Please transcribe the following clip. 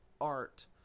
art